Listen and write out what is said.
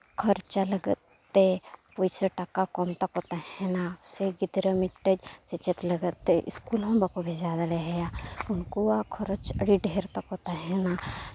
ᱠᱷᱚᱨᱪᱟ ᱞᱟᱹᱜᱤᱫ ᱛᱮ ᱯᱚᱭᱥᱟ ᱴᱟᱠᱟ ᱠᱚᱢ ᱛᱟᱠᱚ ᱛᱟᱦᱮᱱᱟ ᱥᱮ ᱜᱤᱫᱽᱨᱟᱹ ᱢᱤᱫᱴᱟᱱ ᱥᱮᱪᱮᱫ ᱞᱟᱹᱜᱤᱫ ᱛᱮ ᱥᱠᱩᱞ ᱦᱚᱸ ᱵᱟᱠᱚ ᱵᱷᱮᱡᱟ ᱫᱟᱲᱮᱭᱟᱭᱟ ᱩᱱᱠᱩᱣᱟᱜ ᱠᱷᱚᱨᱚᱪ ᱟᱹᱰᱤ ᱰᱷᱮᱨ ᱛᱟᱠᱚ ᱛᱟᱦᱮᱱᱟ